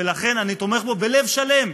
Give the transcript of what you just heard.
ולכן אני תומך בו בלב שלם,